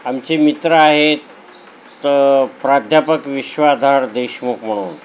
आमचे मित्र आहेत तर प्राध्यापक विश्वाधार देशमुख म्हणून